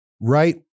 right